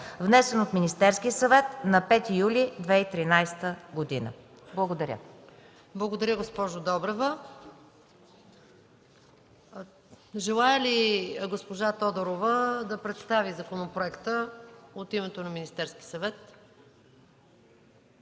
внесен от Министерски съвет на 5 юли 2013 г.” Благодаря. ПРЕДСЕДАТЕЛ МАЯ МАНОЛОВА: Благодаря, госпожо Добрева. Желае ли госпожа Тодорова да представи законопроекта от името на Министерския съвет?